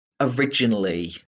originally